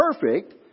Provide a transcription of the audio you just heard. perfect